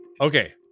Okay